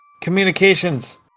Communications